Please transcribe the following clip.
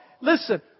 Listen